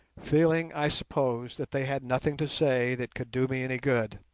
feeling, i suppose, that they had nothing to say that could do me any good,